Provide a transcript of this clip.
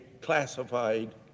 classified